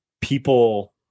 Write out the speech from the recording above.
people